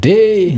Day